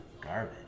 garbage